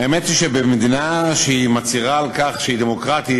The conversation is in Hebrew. האמת היא שבמדינה שמצהירה על כך שהיא דמוקרטית,